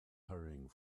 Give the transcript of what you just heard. hurrying